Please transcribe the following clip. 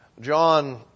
John